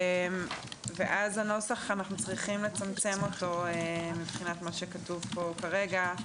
ואז אנחנו צריכים לצמצם את הנוסח מבחינת מה שכתוב פה כרגע.